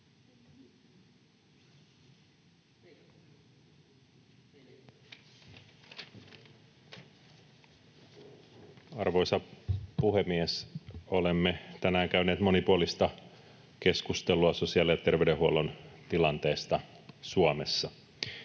Arvoisa puhemies! Olemme tänään käyneet monipuolista keskustelua sosiaali- ja terveydenhuollon tilanteesta Suomessa.